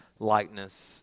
likeness